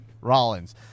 Rollins